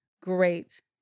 great